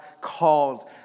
called